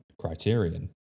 Criterion